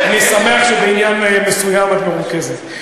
אני שמח שבעניין מסוים את מרוכזת.